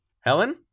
Helen